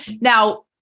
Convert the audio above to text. Now